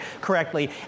correctly